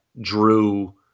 drew